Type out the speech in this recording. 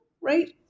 right